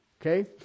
Okay